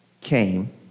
came